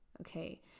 okay